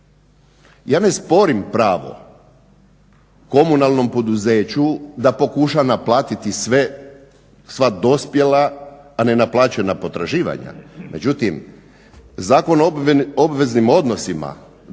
Ja ne sporim pravo komunalnom poduzeću da pokuša naplatiti sva dospjela a ne naplaćena potraživanja, međutim Zakon o obveznim odnosima